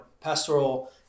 pastoral